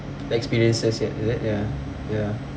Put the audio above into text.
the experiences yet is it ya ya